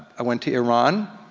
i went to iran,